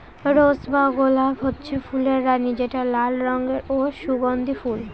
rose বা গলাপ হচ্ছে ফুলের রানী যেটা লাল রঙের ও সুগন্ধি ফুল